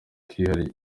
kihariye